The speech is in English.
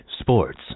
sports